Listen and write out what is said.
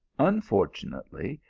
unfortunately,